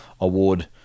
award